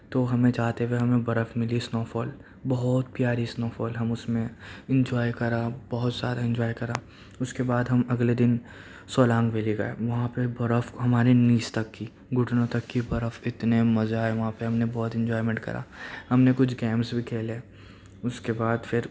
تو ہمیں جاتے ہوئے ہمیں برف ملی اسنو فال بہت پیاری اسنو فال ہم اس میں انجوائے کرا بہت سارا انجوائے کرا اس کے بعد ہم اگلے دن سولانگ ویلی گئے وہاں پہ برف ہمارے نیز تک کی گھٹنوں تک کی برف اتنے مزے آئے وہاں پہ ہم نے بہت انجوائمینٹ کرا ہم نے کچھ گیمز بھی کھیلے اس کے بعد پھر